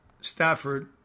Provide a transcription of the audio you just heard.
Stafford